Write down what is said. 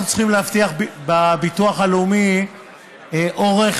אנחנו צריכים להבטיח בביטוח הלאומי אורך